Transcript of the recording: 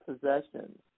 possessions